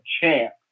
champ